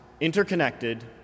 interconnected